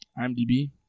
IMDB